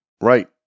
Right